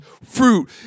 fruit